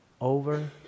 over